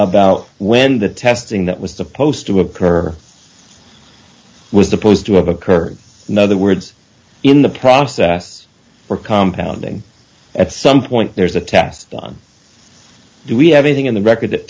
about when the testing that was supposed to occur was opposed to have occurred no other words in the process were compound and at some point there's a test done do we have anything in the record